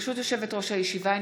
ברשות יושבת-ראש הישיבה,